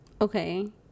Okay